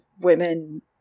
women